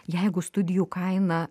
jeigu studijų kaina